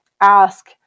ask